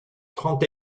trente